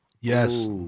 Yes